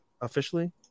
officially